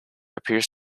appears